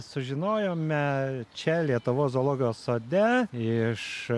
sužinojome čia lietuvos zoologijos sode iš